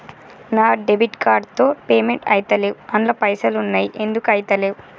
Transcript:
నా debit card తో payment ఐతలేవ్ అండ్ల పైసల్ ఉన్నయి ఎందుకు ఐతలేవ్?